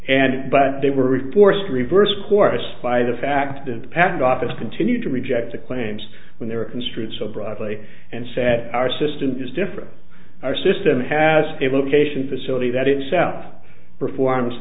and but they were reports to reverse course by the fact and patent office continued to reject the claims when they were construed so broadly and said our system is different our system has a vocation facility that itself perform